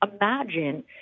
imagine